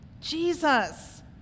Jesus